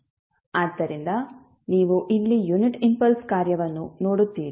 ಆದ್ದರಿಂದ ನೀವು ಇಲ್ಲಿ ಯುನಿಟ್ ಇಂಪಲ್ಸ್ ಕಾರ್ಯವನ್ನು ನೋಡುತ್ತೀರಿ